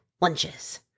lunches